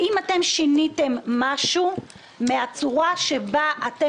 האם אתם שיניתם משהו מהצורה שבה אתם